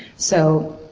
so